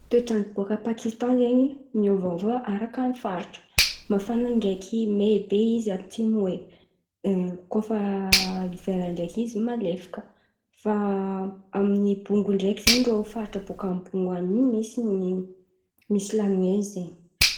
Toetrandro bôka Pakistan zen̈y miovaova araka ny faritra. Mafana ndraiky may be izy atsimo e. Koa fa hivera ndraiky izy malefaka. Fa amin’ny bongo ndraiky zen̈y rô faritra bôka amy bongo an̈y io, misy ny misy la neizy zen̈y.